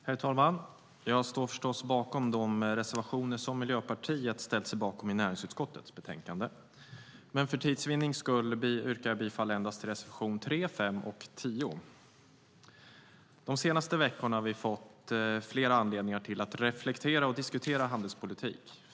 Herr talman! Jag står förstås bakom de reservationer som Miljöpartiet ställt sig bakom i näringsutskottets betänkande, men för att vinna tid yrkar jag bifall endast till reservation 3, 5 och 10. De senaste veckorna har vi fått flera anledningar att reflektera över och diskutera handelspolitik.